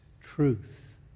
truth